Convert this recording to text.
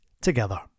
Together